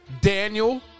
Daniel